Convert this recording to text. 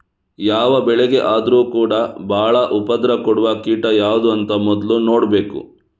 ಯಾವ ಬೆಳೆಗೆ ಆದ್ರೂ ಕೂಡಾ ಬಾಳ ಉಪದ್ರ ಕೊಡುವ ಕೀಟ ಯಾವ್ದು ಅಂತ ಮೊದ್ಲು ನೋಡ್ಬೇಕು